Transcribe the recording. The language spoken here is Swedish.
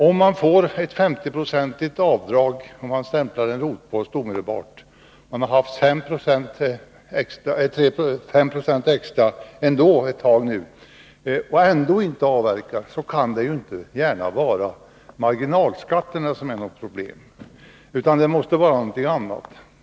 Om man får ett 50-procentigt avdrag, när man stämplar en rotpost omedelbart — man har haft 5 26 extra ändå ett tag nu — och trots detta inte avverkar, så kan det ju inte gärna vara marginalskatterna som är problemet, utan det måste vara någonting annat.